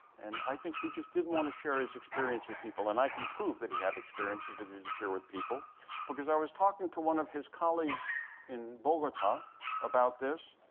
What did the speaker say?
and i think he just didn't want to share his experience with people. and i can prove that he had experiences that he didn't share with people because i was talking to one of his colleagues in bogota about this.